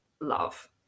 love